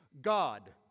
God